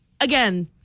again